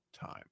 time